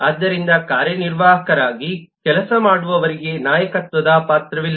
ಆದ್ದರಿಂದ ಕಾರ್ಯನಿರ್ವಾಹಕರಾಗಿ ಕೆಲಸ ಮಾಡುವವರಿಗೆ ನಾಯಕತ್ವದ ಪಾತ್ರವಿಲ್ಲ